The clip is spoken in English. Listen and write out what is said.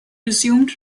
resumed